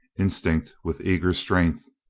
instinct with eager strength,